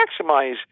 maximize